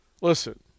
listen